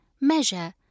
Measure